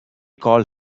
called